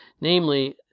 namely